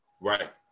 Right